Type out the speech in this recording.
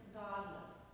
godless